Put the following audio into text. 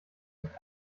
nicht